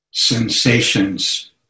sensations